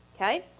Okay